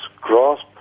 grasp